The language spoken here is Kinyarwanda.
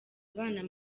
abana